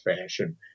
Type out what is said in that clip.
fashion